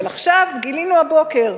אבל עכשיו, גילינו הבוקר,